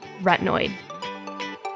retinoid